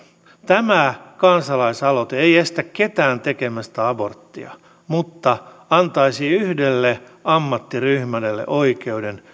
tämä kansalaisaloite ei estä ketään tekemästä aborttia mutta antaisi yhdelle ammattiryhmälle oikeuden